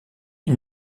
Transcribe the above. une